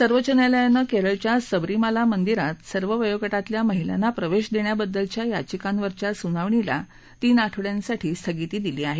सर्वोच्च न्यायालयानं केरळच्या सबरीमाला मंदिरात सर्व वयोगटातल्या महिलांना प्रवेश देण्याबद्दलच्या याचिकांवरच्या सुनावणीला तीन आठवङ्यासाठी स्थगिती दिली आहे